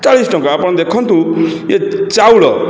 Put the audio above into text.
ଚାଳିଶ ଟଙ୍କା ଆପଣ ଦେଖନ୍ତୁ ଚାଉଳ